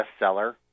bestseller